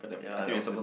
ya it was